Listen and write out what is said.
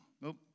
Nope